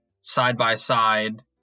side-by-side